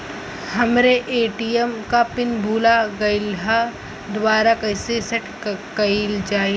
हमरे ए.टी.एम क पिन भूला गईलह दुबारा कईसे सेट कइलजाला?